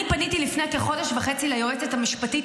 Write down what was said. אני פניתי לפני כחודש וחצי ליועצת המשפטית